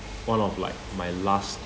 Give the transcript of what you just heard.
one of like my last